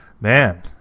man